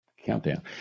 Countdown